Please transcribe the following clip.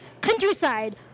Countryside